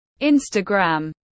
Instagram